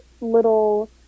little